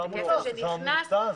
זו עמותה.